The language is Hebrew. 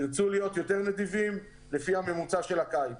תרצו להיות יותר נדיבים, לפי הממוצע של הקיץ.